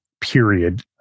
period